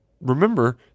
remember